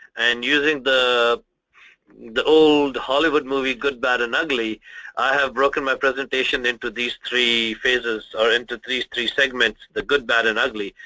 and using the the old hollywood movie, good, bad and ugly i have broken my presentation into these three phases, or into three three segments, the good, bad and ugly.